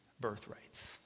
birthrights